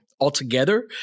Altogether